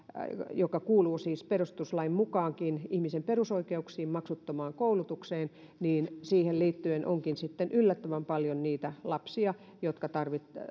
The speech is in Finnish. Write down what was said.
joka kuuluu siis perustuslain mukaankin ihmisen perusoikeuksiin maksuttomaan koulutukseen niin siihen liittyen onkin sitten yllättävän paljon niitä lapsia